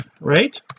right